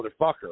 motherfucker